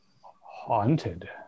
haunted